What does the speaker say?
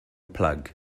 plug